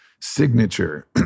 signature